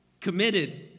committed